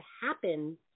happen